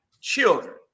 children